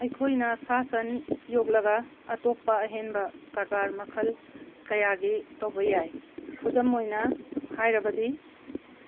ꯑꯩꯈꯣꯏꯅ ꯁꯥ ꯁꯟ ꯌꯣꯛꯂꯒ ꯑꯇꯣꯞꯄ ꯑꯍꯦꯟꯕ ꯀꯔꯕꯥꯔ ꯃꯈꯜ ꯀꯌꯥꯒꯤ ꯇꯧꯕ ꯌꯥꯏ ꯈꯨꯗꯝ ꯑꯣꯏꯅ ꯍꯥꯏꯔꯕꯗꯤ